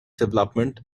development